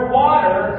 water